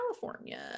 California